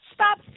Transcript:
Stop